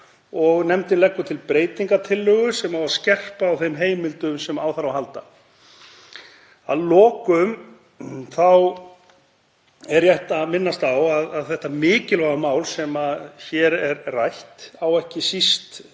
og nefndin leggur til breytingartillögu sem á að skerpa á þeim heimildum sem á þarf að halda. Að lokum er rétt að minnast á að þetta mikilvæga mál sem hér er rætt á ekki síst